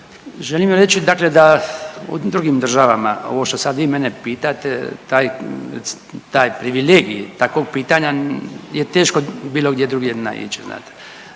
želim reći dakle da u drugim državama, ovo što sad vi mene pitate, taj, taj privilegij takvog pitanja je teško bilo gdje drugdje naići znate.